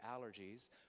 allergies